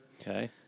Okay